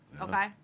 okay